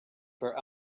for